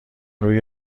روی